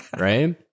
right